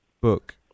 book